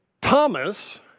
Thomas